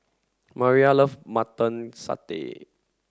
Mariyah love mutton Satay